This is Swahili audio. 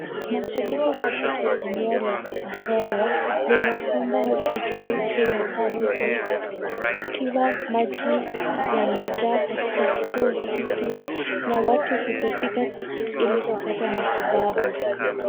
Mfuriko katika eneo la Ahero limekumba hospitali kuu ya kaunti kukiwa maji yamejaa katika kituo hiki na watu kutofika ili kupata matibabu.